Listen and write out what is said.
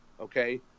okay